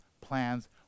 plans